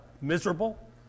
miserable